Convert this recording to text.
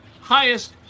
Highest